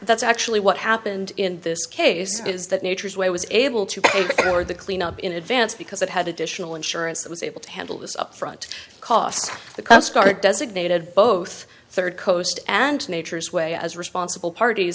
that's actually what happened in this case is that nature's way was able to take over the cleanup in advance because it had additional insurance it was able to handle this upfront costs the coast guard designated both third coast and nature's way as responsible parties